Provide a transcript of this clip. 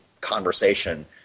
conversation